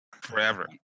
Forever